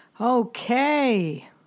Okay